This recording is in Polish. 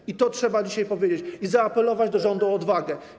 I to trzeba dzisiaj powiedzieć i zaapelować do rządu o odwagę.